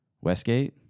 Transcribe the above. Westgate